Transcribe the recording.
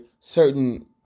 certain